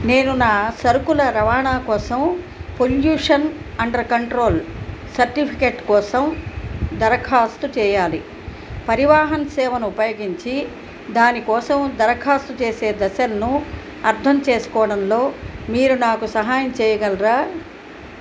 నేను నా సరుకుల రవాణా కోసం పొల్యూషన్ అండర్ కంట్రోల్ సర్టిఫికెట్ కోసం దరఖాస్తు చెయ్యాలి పరివాహన్ సేవను ఉపయోగించి దాని కోసం దరఖాస్తు చేసే దశలను అర్థం చేసుకోవడంలో మీరు నాకు సహాయం చేయగలరా